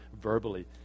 verbally